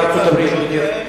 לדרישות שלהם?